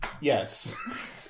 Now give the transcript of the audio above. Yes